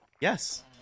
Yes